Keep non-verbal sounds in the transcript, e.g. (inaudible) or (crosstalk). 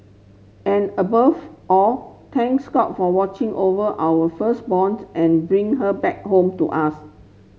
and above all thanks God for watching over our (unintelligible) and bring her back home to us